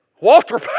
Walter